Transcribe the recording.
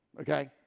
Okay